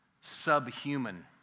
subhuman